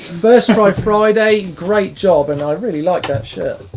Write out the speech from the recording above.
first try friday. great job, and i really like that shirt.